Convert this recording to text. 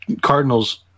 Cardinals